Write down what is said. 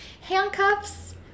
handcuffs